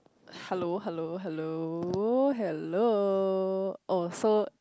hello hello hello hello oh so